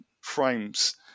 frames